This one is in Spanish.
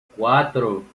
cuatro